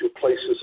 places